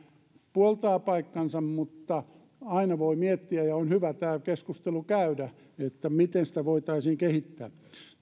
puoltaa paikkansa mutta aina voi miettiä ja on hyvä käydä keskustelua siitä miten sitä voitaisiin kehittää